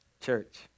Church